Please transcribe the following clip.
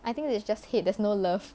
I think it's just hate there's no love